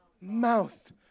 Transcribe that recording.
mouth